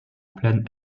pleine